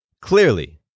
clearly